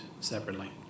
separately